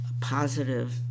positive